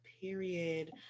Period